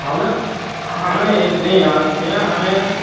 ہم نے ہم نے اس لیے یاد کیا ہمیں